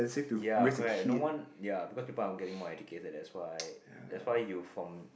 ya correct no one ya because people are getting more educated that's why that's why you from